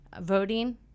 voting